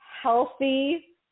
healthy